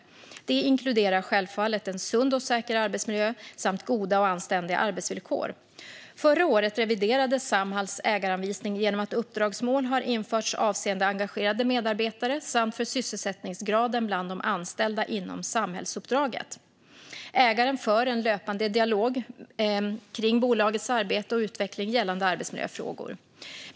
Det inkluderar självfallet en sund och säker arbetsmiljö samt goda och anständiga arbetsvillkor. Förra året reviderades Samhalls ägaranvisning genom att uppdragsmål har införts avseende engagerade medarbetare samt för sysselsättningsgraden bland de anställda inom samhällsuppdraget. Ägaren för en löpande dialog kring bolagets arbete och utveckling gällande arbetsmiljöfrågor.